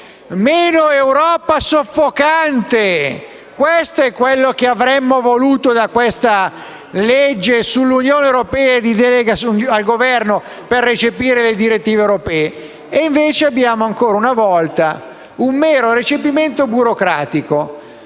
meno Europa soffocante. Questo è quanto avremmo voluto dalla legge sull'Unione europea e di delega al Governo per recepire le direttive europee. E invece abbiamo, ancora una volta, un mero recepimento burocratico